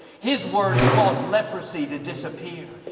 his words caused leprosy to disappear.